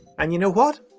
and you know what?